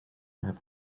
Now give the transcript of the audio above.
have